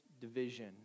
division